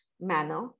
manner